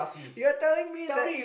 you're telling me that